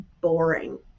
boring